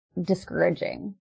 discouraging